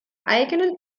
eigenen